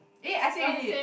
eh I say already